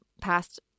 past –